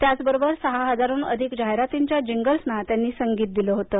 त्याचबरोबर सहा हजाराहून अधिक जाहिरातींच्या जिंगल्सना त्यांनी संगीत दिलं होतं